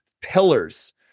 pillars